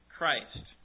Christ